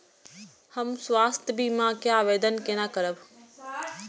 हम स्वास्थ्य बीमा के आवेदन केना करब?